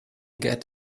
get